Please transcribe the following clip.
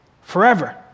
Forever